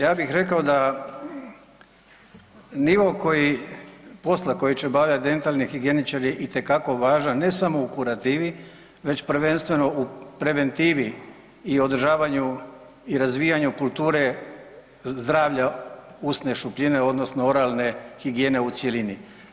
Ja bih rekao da nivo koji, posla, koji će obavljati dentalni higijeničari je itekako važan ne samo u kurativi već prvenstveno u preventivi i održavanju i razvijanju kulture zdravlja usne šupljine odnosno oralne higijene u cjelini.